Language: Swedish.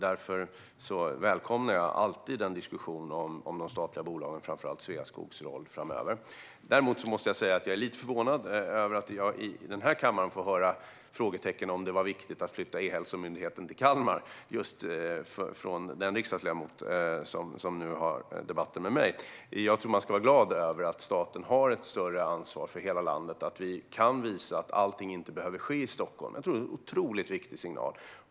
Därför välkomnar jag alltid en diskussion om de statliga bolagen, framför allt om Sveaskogs roll framöver. Däremot måste jag säga att jag är lite förvånad över att jag i denna kammare, just från den riksdagsledamot som nu har debatt med mig, får höra frågetecken om E-hälsomyndigheten: Var det viktigt att flytta den till Kalmar? Jag tror att man ska vara glad över att staten har ett större ansvar för hela landet. Vi kan visa att allting inte behöver ske i Stockholm. Jag tror att det är en otroligt viktig signal.